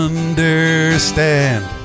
Understand